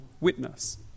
witness